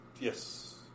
yes